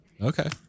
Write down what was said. Okay